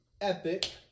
epic